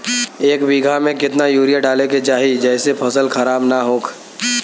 एक बीघा में केतना यूरिया डाले के चाहि जेसे फसल खराब ना होख?